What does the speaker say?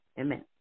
Amen